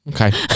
okay